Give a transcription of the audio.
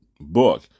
book